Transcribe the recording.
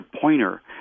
pointer